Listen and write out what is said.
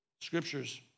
Scriptures